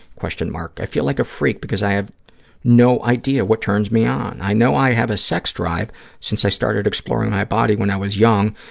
question mark. i feel like a freak because i have no idea what turns me on. i know i have a sex drive since i started exploring my body when i was young,